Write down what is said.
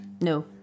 No